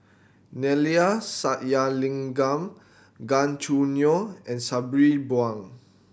Neila Sathyalingam Gan Choo Neo and Sabri Buang